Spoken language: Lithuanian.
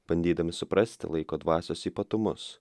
bandydami suprasti laiko dvasios ypatumus